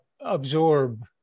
absorb